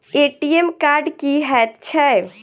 ATM card की हएत छै?